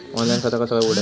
Online खाता कसा उघडायचा?